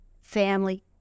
family